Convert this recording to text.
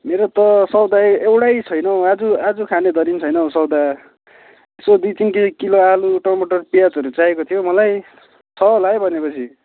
मेरो त सौदा एउटै छैन आज आज खानेधरि छैन हौ सौदा यसो दुई तिन किलो आलु टमाटर प्याजहरू चाहिएको थियो मलाई छ होला है भने पछि